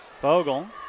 Fogle